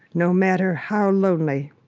no matter how lonely,